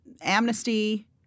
amnesty